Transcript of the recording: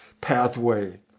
pathway